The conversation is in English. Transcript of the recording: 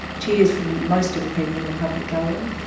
tears from most of the people in the public gallery.